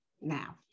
Now